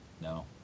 No